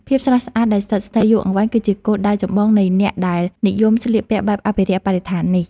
ភាពស្រស់ស្អាតដែលស្ថិតស្ថេរយូរអង្វែង គឺជាគោលដៅចម្បងនៃអ្នកដែលនិយមស្លៀកពាក់បែបអភិរក្សបរិស្ថាននេះ។